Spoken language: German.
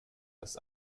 dass